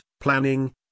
planning